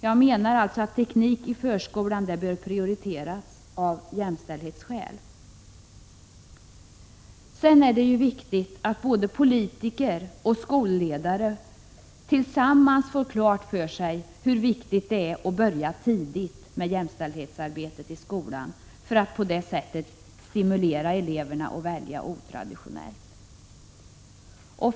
Jag menar således att teknik i förskolan bör prioriteras av jämställdhetsskäl. Det är också viktigt att både politiker och skolledare får klart för sig hur viktigt det är att börja tidigt med jämställdhetsarbetet i skolan för att på så sätt stimulera eleverna att välja otraditionellt.